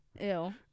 Ew